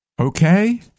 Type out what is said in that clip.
Okay